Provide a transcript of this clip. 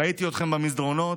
ראיתי אתכם במסדרונות,